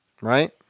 right